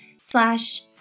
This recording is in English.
slash